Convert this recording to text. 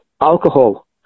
alcohol